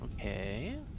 Okay